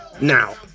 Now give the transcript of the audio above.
Now